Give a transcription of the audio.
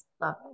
Love